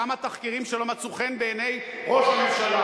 כמה תחקירים שלא מצאו חן בעיני ראש הממשלה.